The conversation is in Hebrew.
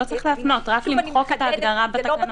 לא צריך להפנות, רק למחוק את ההגדרה בתקנות.